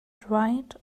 dried